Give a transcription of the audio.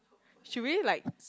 should we like